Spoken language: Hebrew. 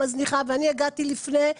אני הגעתי לפני,